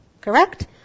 Correct